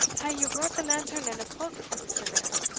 hae ye brought the lantern and a pock for the siller?